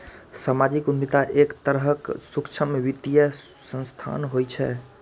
सामाजिक उद्यमिता एक तरहक सूक्ष्म वित्तीय संस्थान होइ छै